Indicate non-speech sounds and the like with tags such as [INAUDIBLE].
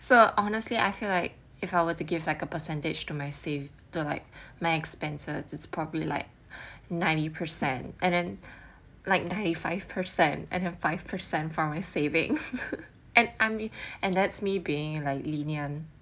so honestly I feel like if I were to give like a percentage to my save to like my expenses it's probably like ninety percent and then like ninety five percent and have five percent for my savings [LAUGHS] and I'm and that's me being like lenient